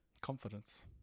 Confidence